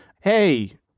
hey